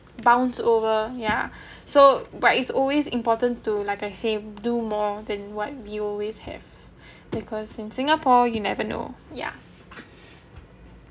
bounce over yeah so but it's always important to like I say do more than what you always have because in singapore you never know ya